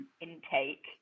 intake